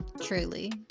Truly